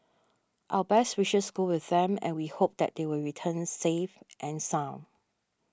our best wishes go with them and we hope that they will return safe and sound